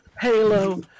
Halo